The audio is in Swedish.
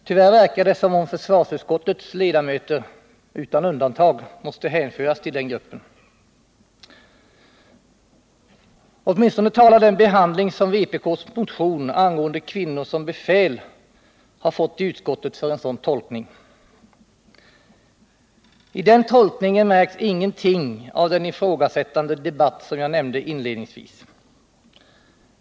Tyvärr verkar det som om försvarsutskottets ledamöter utan undantag måste hänföras till den gruppen. Åtminstone talar den behandling som vpk:s motion angående kvinnor som befäl fått i utskottet för en sådan tolkning. I den tolkningen märks ingenting av den ifrågasättande debatt som jag nämnde inledningsvis.